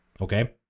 okay